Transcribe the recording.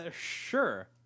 Sure